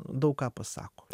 daug ką pasako